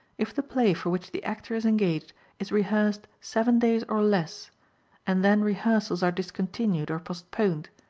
if the play for which the actor is engaged is rehearsed seven days or less and then rehearsals are discontinued or postponed,